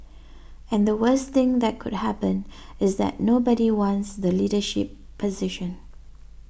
and the worst thing that could happen is that nobody wants the leadership position